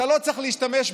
אתה לא צריך להשתמש בו.